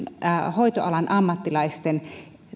hoitoalan ammattilaisten